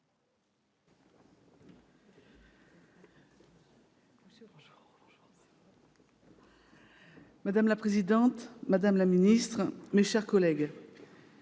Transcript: Madame la présidente, madame la ministre, mes chers collègues,